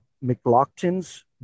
McLaughlin's